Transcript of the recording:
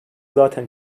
zaten